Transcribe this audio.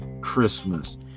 Christmas